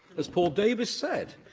as paul davies said,